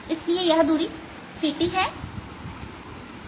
इसलिए यह दूरी ct है